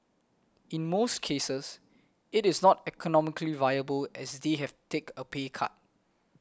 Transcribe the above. in most cases it is not economically viable as they have to take a pay cut